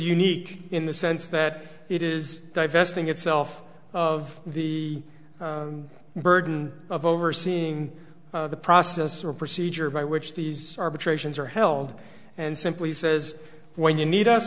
unique in the sense that it is divesting itself of the burden of overseeing the process or procedure by which these arbitrations are held and simply says when you need